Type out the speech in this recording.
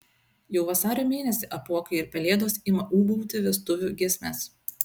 jau vasario mėnesį apuokai ir pelėdos ima ūbauti vestuvių giesmes